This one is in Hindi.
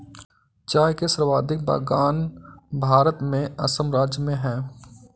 चाय के सर्वाधिक बगान भारत में असम राज्य में है